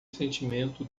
sentimento